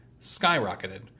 skyrocketed